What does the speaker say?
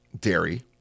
dairy